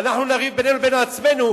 ואנחנו נריב בינינו לבין עצמנו,